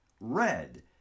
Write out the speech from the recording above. red